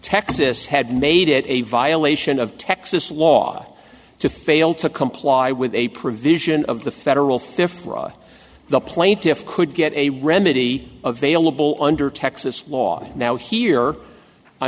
texas had made it a violation of texas law to fail to comply with a provision of the federal fifth floor the plaintiffs could get a remedy available under texas law now here i